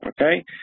okay